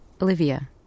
Olivia